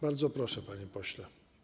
Bardzo proszę, panie pośle.